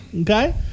Okay